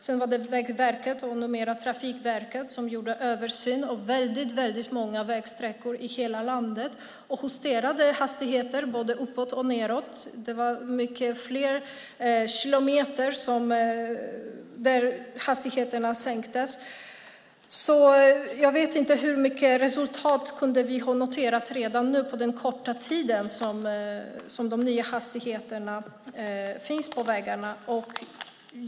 Sedan var det Vägverket, numera Trafikverket, som gjorde översynen av väldigt många vägsträckor i hela landet och justerade hastigheter både uppåt och nedåt. Det var många fler kilometer där hastigheterna sänktes. Jag vet inte hur omfattande resultat vi kunde ha noterat redan nu på den korta tid som de nya hastigheterna har funnits på vägarna.